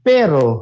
Pero